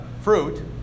fruit